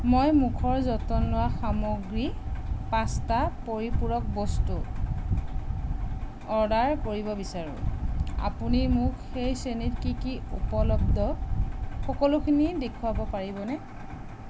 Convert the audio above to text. মই মুখৰ যতন লোৱা সামগ্ৰী পাস্তা পৰিপূৰক বস্তু অৰ্ডাৰ কৰিব বিচাৰোঁ আপুনি মোক সেই শ্ৰেণীত কি কি উপলব্ধ সকলোখিনি দেখুৱাব পাৰিবনে